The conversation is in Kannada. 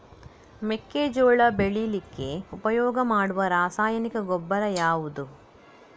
ಮೆಕ್ಕೆಜೋಳ ಬೆಳೀಲಿಕ್ಕೆ ಉಪಯೋಗ ಮಾಡುವ ರಾಸಾಯನಿಕ ಗೊಬ್ಬರ ಯಾವುದು?